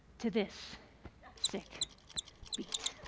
to this sick beat.